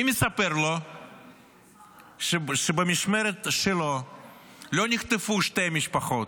מי מספר לו שבמשמרת שלו לא נחטפו שתי משפחות,